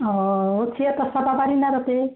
অঁ থিয়েটাৰ চাবা পাৰিনে তাতে